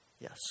Yes